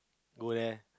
go there